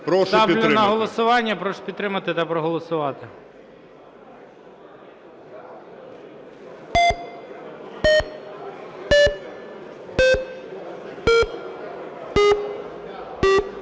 Ставлю на голосування. Прошу підтримати та проголосувати.